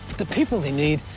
the people they need,